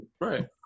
Right